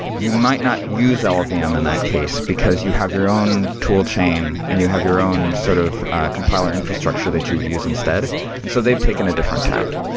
you might not use ah llvm yeah um in that case, because you have your own toolchain and you have your own sort of compiler infrastructure that you would use instead. and so they've taken a different attack.